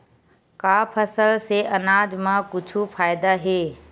का फसल से आनाज मा कुछु फ़ायदा हे?